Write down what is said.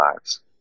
lives